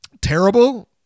terrible